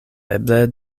eble